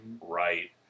right